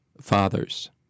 fathers